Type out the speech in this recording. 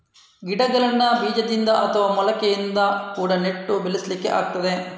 ಗಿಡಗಳನ್ನ ಬೀಜದಿಂದ ಅಥವಾ ಮೊಳಕೆಯಿಂದ ಕೂಡಾ ನೆಟ್ಟು ಬೆಳೆಸ್ಲಿಕ್ಕೆ ಆಗ್ತದೆ